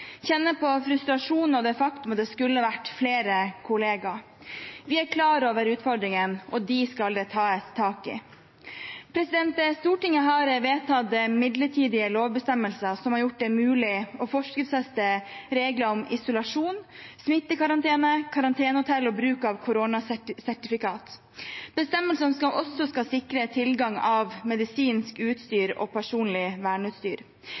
kjenner på frustrasjon og det faktum at det skulle vært flere kollegaer. Vi er klar over utfordringene, og de skal det tas tak i. Stortinget har vedtatt midlertidige lovbestemmelser som har gjort det mulig å forskriftsfeste regler om isolasjon, smittekarantene, karantenehotell og bruk av koronasertifikat – bestemmelser som også skal sikre tilgang på medisinsk